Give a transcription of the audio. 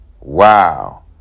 Wow